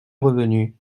revenu